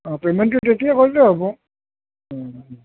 পেমেণ্টটো তেতিয়া কৰিলেও হ'ব